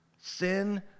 Sin